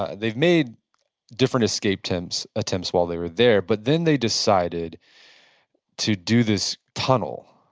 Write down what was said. they've made different escape attempts attempts while they were there, but then they decided to do this tunnel,